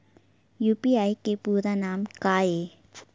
UPI के पूरा नाम का ये?